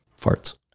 farts